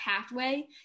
pathway